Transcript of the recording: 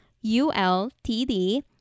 u-l-t-d